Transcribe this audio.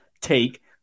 take